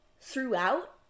throughout